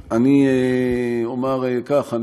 אני אומר כך.